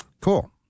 Cool